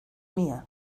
mía